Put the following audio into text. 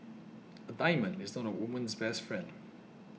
a diamond is not a woman's best friend